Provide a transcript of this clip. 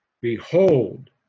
Behold